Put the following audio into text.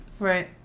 Right